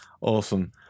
Awesome